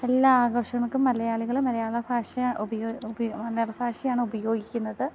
എല്ലാ ആഘോഷങ്ങൾക്കും മലയാളികളും മലയാള ഭാഷ ഉപയോ ഉപയോ മലയാള ഭാഷയാണ് ഉപയോഗിക്കുന്നത്